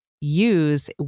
use